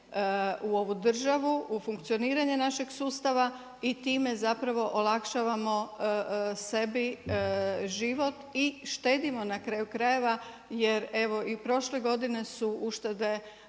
u ovu državu, u funkcioniranje našeg sustava i time zapravo, olakšavamo sebi život i štedimo na kraju krajeva, jer evo i prošle godine su uštede